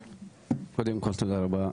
קודם כל תודה רבה,